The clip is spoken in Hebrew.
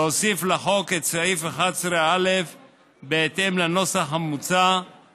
להוסיף לחוק את סעיף 11א בנוסח המוצע,